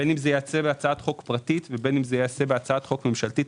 בין אם זה ייעשה בהצעת חוק פרטית ובין אם זה ייעשה בהצעת חוק ממשלתית.